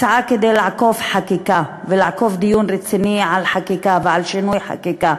הצעה כדי לעקוף חקיקה ולעקוף דיון רציני על חקיקה ועל שינוי חקיקה,